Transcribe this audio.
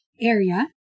area